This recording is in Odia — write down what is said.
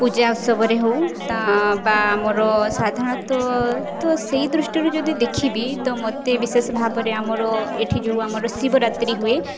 ପୂଜା ଉତ୍ସବରେ ହଉ ତ ବା ଆମର ସାଧାରଣତଃ ତ ସେଇ ଦୃଷ୍ଟିରୁ ଯଦି ଦେଖିବି ତ ମୋତେ ବିଶେଷ ଭାବରେ ଆମର ଏଠି ଯେଉଁ ଆମର ଶିବରାତ୍ରି ହୁଏ